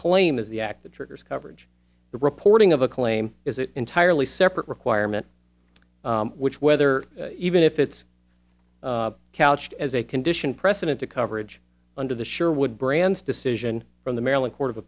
claim is the act that triggers coverage the reporting of a claim is an entirely separate requirement which whether even if it's couched as a condition precedent to coverage under the sure would brands decision from the maryland court of